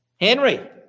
Henry